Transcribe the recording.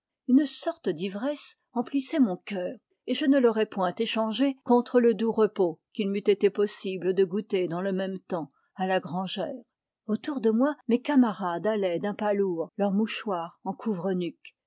une sorte d'ivresse emplissait mon cœur et je ne l'aurais point échangée contre le doux repos qu'il m'eût été possible de goûter dans le même temps à la grangère autour de moi mes camarades allaient d'un pas lourd leur mouchoir en